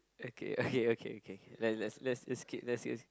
okay okay okay okay let's let's let's let's skip let's skip